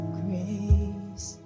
grace